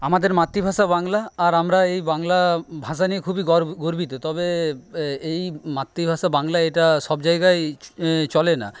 আমাদের মাতৃভাষা বাংলা আর আমরা এই বাংলা ভাষা নিয়ে খুবই গর্ব গর্বিত তবে এই মাতৃভাষা বাংলা এটা সবজায়গায় চলে না